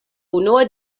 unua